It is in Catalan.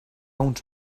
uns